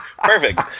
Perfect